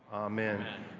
amen.